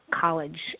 college